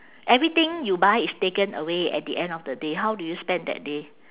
everything you buy is taken away at the end of the day how do you spend that day